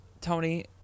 Tony